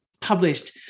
published